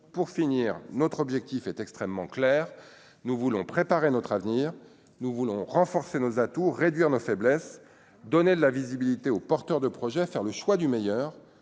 pour finir : notre objectif est extrêmement clair : nous voulons préparer notre avenir, nous voulons renforcer nos atouts réduire nos faiblesses, donner de la visibilité aux porteurs de projets à faire le choix du meilleur